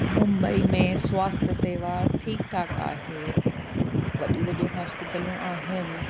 मुंबई में स्वास्थ शेवा ठीकु ठाकु आहे वॾियूं वॾियूं हॉस्पिटलूं आहिनि